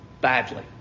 badly